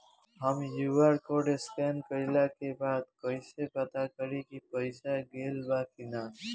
हम QR code scan कइला के बाद कइसे पता करि की पईसा गेल बा की न?